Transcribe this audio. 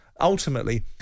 Ultimately